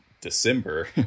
December